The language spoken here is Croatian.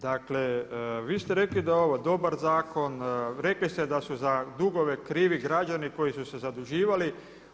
Dakle, vi ste rekli da je ovo dobar zakon, rekli ste da su za dugove krivi građani koji su se zaduživali.